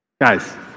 Guys